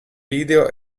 video